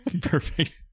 perfect